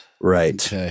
Right